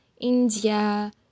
India